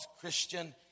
Christian